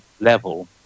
level